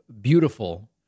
beautiful